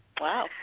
Wow